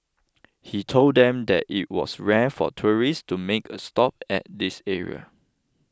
he told them that it was rare for tourists to make a stop at this area